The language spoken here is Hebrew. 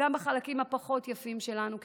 גם בחלקים הפחות-יפים שלנו כחברה.